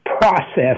process